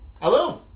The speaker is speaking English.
Hello